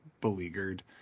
beleaguered